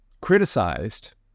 criticized